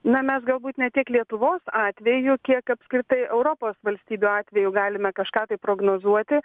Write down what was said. na mes galbūt ne tiek lietuvos atveju kiek apskritai europos valstybių atveju galime kažką tai prognozuoti